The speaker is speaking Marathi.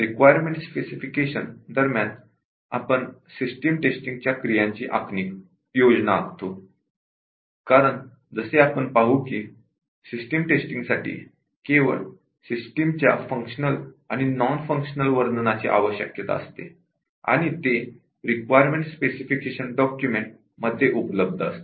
रिक्वायरमेंट स्पेसिफिकेशन दरम्यान आपण सिस्टम टेस्टिंग च्या क्रियांची योजना आखतो कारण आपण पाहू कि सिस्टम टेस्टींगसाठी केवळ सिस्टम च्या फंक्शनल आणि नॉन फंक्शनल डिस्क्रिप्शन ची आवश्यकता असते आणि ते रिक्वायरमेंट स्पेसिफिकेशन डॉक्युमेंट मध्ये उपलब्ध असते